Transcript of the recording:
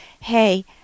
hey